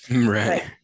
Right